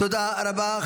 תודה רבה.